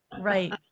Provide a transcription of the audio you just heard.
Right